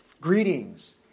greetings